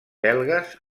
belgues